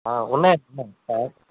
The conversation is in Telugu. ఉన్నాయి